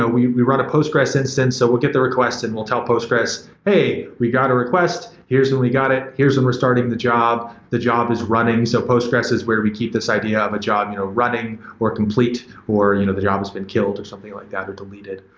but we we run a postgres instance. so we'll get the request and we'll test postgres, hey, we got a request. here's when we got it. here's when we're starting the job. the job is running. so postgres is where we keep this idea of a job you know running or complete or you know the job has been killed or something like that or deleted.